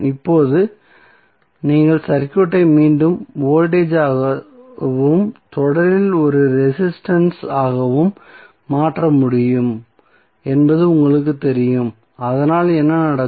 இப்போது நீங்கள் சர்க்யூட்டை மீண்டும் வோல்டேஜ் ஆகவும் தொடரில் ஒரு ரெசிஸ்டன்ஸ் ஆகவும் மாற்ற முடியும் என்பது உங்களுக்குத் தெரியும் அதனால் என்ன நடக்கும்